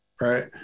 right